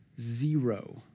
zero